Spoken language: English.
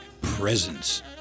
presence